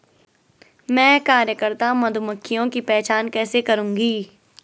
मैं कार्यकर्ता मधुमक्खियों की पहचान कैसे करूंगी?